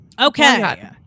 Okay